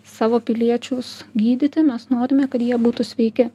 savo piliečius gydyti mes norime kad jie būtų sveiki